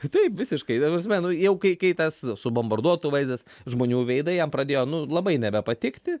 taip visiškai ta prasme nu jau kai kai tas subombarduotų vaizdas žmonių veidai jam pradėjo nu labai nebepatikti